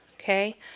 Okay